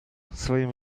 своим